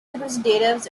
representatives